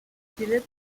delivered